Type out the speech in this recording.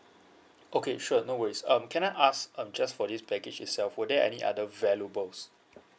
okay sure no worries um can I ask um just for this baggage itself were there any other valuables